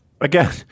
again